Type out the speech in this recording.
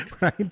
right